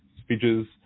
speeches